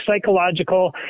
psychological